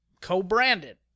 co-branded